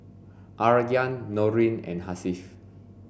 Aryan Nurin and Hasif